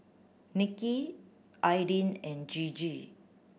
Nicky Aydin and Gigi